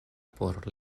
por